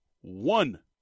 one